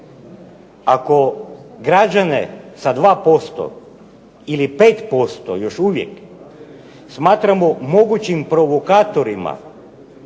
Ako građane sa 2% ili 5% još uvijek smatramo mogućim provokatorima